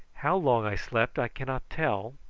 how long i slept i cannot tell,